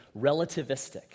relativistic